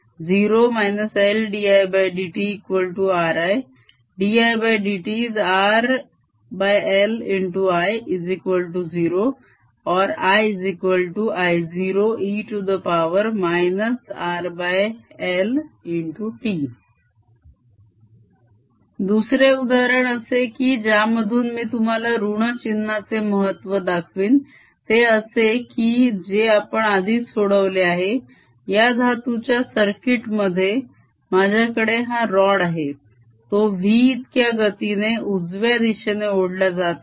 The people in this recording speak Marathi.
0 LdIdtRI dIdtRLI0 or II0e RLt दुसरे उदाहरण असे की ज्यामधून मी तुम्हाला ऋण चिन्हाचे महत्व दाखवीन ते असे की जे आपण आधीच सोडवले आहे या धातूच्या सर्किट मध्ये माझ्याकडे हा रॉड आहे जो v इतक्या गतीने उजव्या दिशेने ओढला जात आहे